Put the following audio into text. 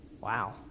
Wow